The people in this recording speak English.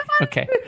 okay